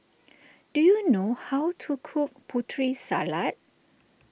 do you know how to cook Putri Salad